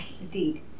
Indeed